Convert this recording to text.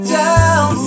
down